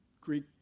Greek